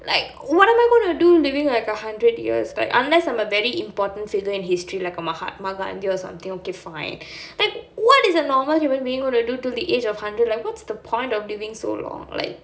like what am I gonna do living like a hundred years like unless I'm a very important figure in history like mahatma gandhi or something okay fine like what is a normal human being going to do till the age of hundred like what's the point of living so long like